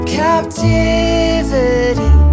captivity